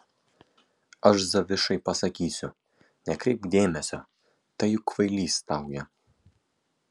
aš zavišai pasakysiu nekreipk dėmesio tai juk kvailys staugia